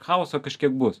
chaoso kažkiek bus